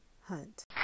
Hunt